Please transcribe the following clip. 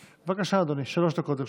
בבקשה, אדוני, שלוש דקות לרשותך.